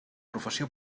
professió